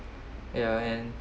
ya and